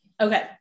okay